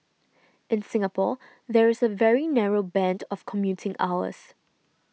in Singapore there is a very narrow band of commuting hours